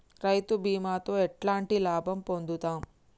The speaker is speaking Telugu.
రైతు బీమాతో ఎట్లాంటి లాభం పొందుతం?